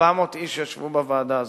400 איש ישבו בוועדה הזאת,